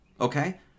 okay